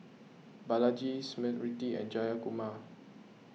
Balaji Smriti and Jayakumar